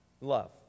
love